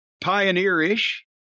pioneer-ish